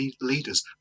leaders